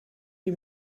wie